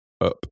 up